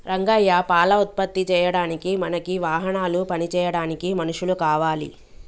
రంగయ్య పాల ఉత్పత్తి చేయడానికి మనకి వాహనాలు పని చేయడానికి మనుషులు కావాలి